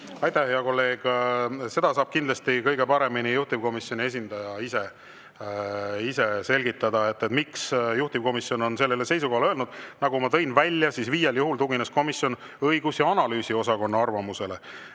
Aitäh, hea kolleeg! Seda saab kindlasti kõige paremini juhtivkomisjoni esindaja ise selgitada, miks juhtivkomisjon on sellele seisukohale jõudnud. Nagu ma välja tõin, viiel juhul tugines komisjon õigus- ja analüüsiosakonna arvamusele.